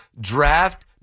draft